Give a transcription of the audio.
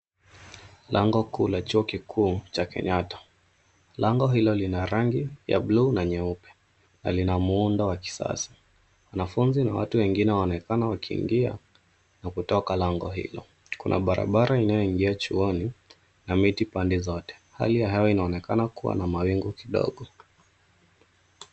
Lango kuu la chuo kikuu cha Kenyatta. Lango hilo lina rangi ya buluu na nyeupe na lina muundo wa kisasa. Wanafunzi na watu wengine wanaonekana wakiingia na kutoka lango hilo. Kuna barabara inayoingia chuoni na miti pande zote. Hali ya hewa inaonekana kuwa na mawingu kidogo.